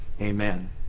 Amen